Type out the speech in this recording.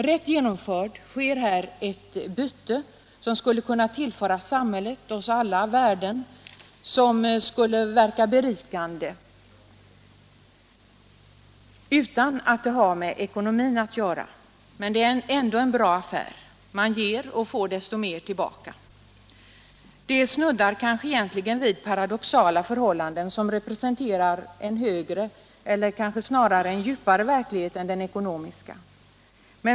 Rätt genomfört sker här ett byte, som skulle kunna tillföra samhället och oss alla värden som verkar berikande utan att det har med ekonomin att göra. Men det är ändå en bra affär. Man ger och får desto mer tillbaka. Detta snuddar kanske egentligen vid paradoxala förhållanden som representerar en högre — eller kanske snarare en djupare — verklighet än den ekonomiska.